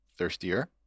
Thirstier